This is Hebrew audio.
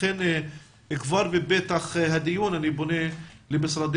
לכן כבר בפתח הדיון אני פונה למשרדי